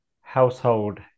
household